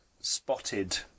spotted